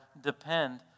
depend